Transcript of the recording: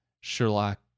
sherlock